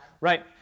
Right